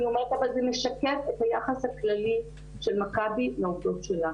אבל זה משקף את היחס הכללי של מכבי לעובדות שלה.